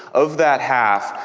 of that half,